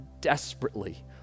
desperately